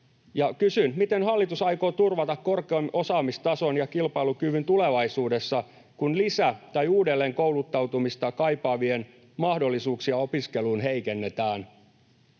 Kysyn: miten hallitus aikoo turvata korkean osaamistason ja kilpailukyvyn tulevaisuudessa, kun lisä‑ tai uudelleenkouluttautumista kaipaavien mahdollisuuksia opiskeluun heikennetään?